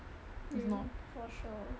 mmhmm for sure